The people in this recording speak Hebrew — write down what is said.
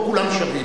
פה כולם שווים.